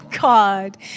God